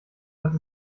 dass